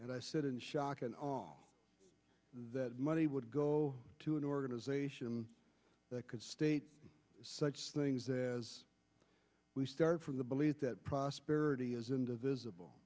and i said in shock and all that money would go to an organization that could state such things as we started from the belief that prosperity is in the visible